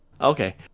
Okay